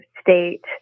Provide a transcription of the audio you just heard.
state